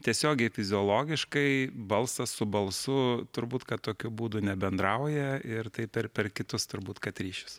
tiesiogiai fiziologiškai balsas su balsu turbūt kad tokiu būdu nebendrauja ir tai per per kitus turbūt kad ryšius